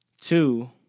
Two